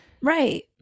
Right